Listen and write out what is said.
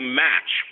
match